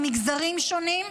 ממגזרים שונים,